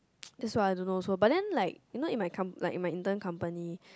that's what I don't know also but then like you know in my com~ in my intern company